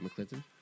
McClinton